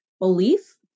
belief